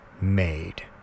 made